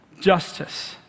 Justice